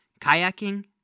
Kayaking